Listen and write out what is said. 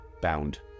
bound